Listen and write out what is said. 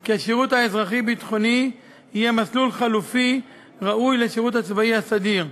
כי השירות האזרחי-ביטחוני יהיה מסלול חלופי ראוי לשירות הצבאי הסדיר.